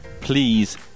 please